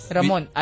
Ramon